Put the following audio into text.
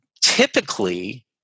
Typically